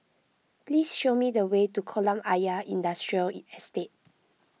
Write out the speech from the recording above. please show me the way to Kolam Ayer Industrial Estate